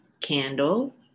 candle